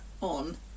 on